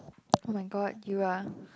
[oh]-my-god you are